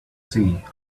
see